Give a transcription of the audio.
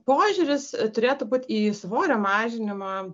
požiūris turėtų būt į svorio mažinima